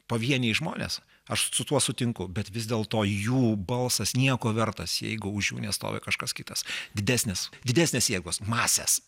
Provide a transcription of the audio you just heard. pavieniai žmonės aš su tuo sutinku bet vis dėl to jų balsas nieko vertas jeigu už jų nestovi kažkas kitas didesnis didesnės jėgos masės